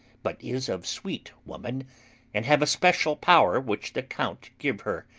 but is of sweet woman and have a special power which the count give her,